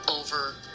over